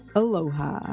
aloha